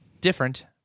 Different